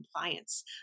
compliance